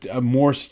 more